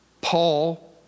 Paul